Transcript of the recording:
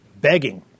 begging